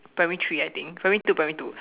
primary three I think primary two primary two